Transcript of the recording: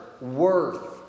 worth